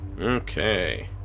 Okay